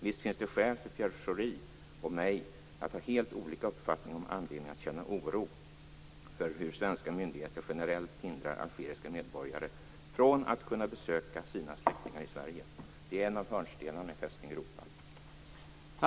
Visst finns det skäl för Pierre Schori och mig att ha helt olika uppfattning om anledningen till att känna oro för hur svenska myndigheter generellt hindrar algeriska medborgare från att kunna besöka sina släktingar i Sverige. Det är ju en av hörnstenarna i Fästning Europa.